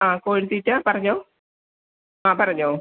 ആ കോഴിത്തീറ്റ പറഞ്ഞോ ആ പറഞ്ഞോ